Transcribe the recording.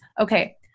Okay